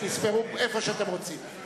תספרו איפה שאתם רוצים.